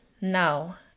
now